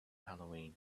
halloween